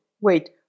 wait